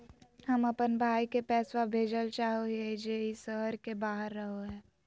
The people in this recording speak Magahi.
हम अप्पन भाई के पैसवा भेजल चाहो हिअइ जे ई शहर के बाहर रहो है